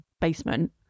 basement